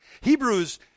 Hebrews